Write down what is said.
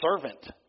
servant